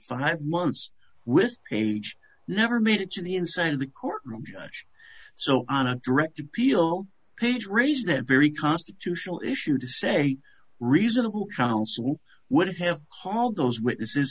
five months with page never made it to the inside of the courtroom so on a direct appeal page raised them very constitutional issue to say reasonable counsel would have hauled those witnesses